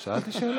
שאלתי.